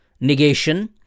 negation